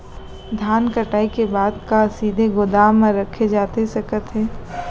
धान कटाई के बाद का सीधे गोदाम मा रखे जाथे सकत हे?